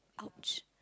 !ouch!